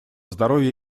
здоровья